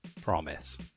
Promise